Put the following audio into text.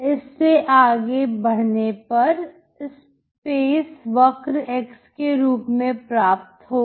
इससे आगे बढ़ने पर space वक्र x के रूप में प्राप्त होगा